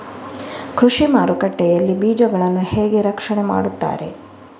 ಕೃಷಿ ಮಾರುಕಟ್ಟೆ ಯಲ್ಲಿ ಬೀಜಗಳನ್ನು ಹೇಗೆ ರಕ್ಷಣೆ ಮಾಡ್ತಾರೆ?